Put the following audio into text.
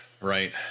right